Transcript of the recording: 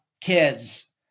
kids